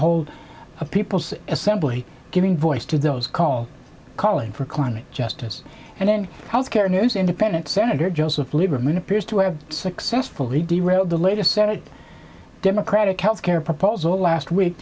hold a people's assembly giving voice to those calls calling for climate justice and then health care news independent senator joseph lieberman appears to have successfully read the latest senate democratic health care proposal last week